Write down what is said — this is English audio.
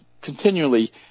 continually